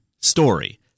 story